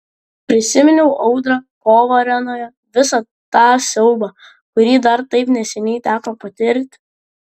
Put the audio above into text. prisiminiau audrą kovą arenoje visą tą siaubą kurį dar taip neseniai teko patirti